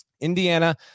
Indiana